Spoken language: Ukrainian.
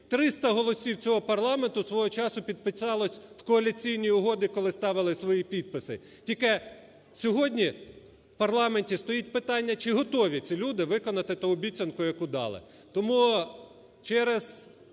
300 голосів цього парламенту свого часу підписалось в Коаліційній угоді, коли ставили свої підписи. Тільки сьогодні в парламенті стоїть питання, чи готові ці люди виконати ту обіцянку, яку дали.